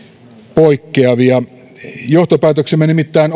poikkeavia johtopäätöksemme nimittäin